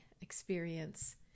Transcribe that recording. experience